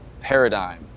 Paradigm